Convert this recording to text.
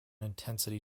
intensity